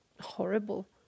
horrible